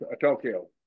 Tokyo